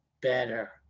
better